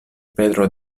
pedro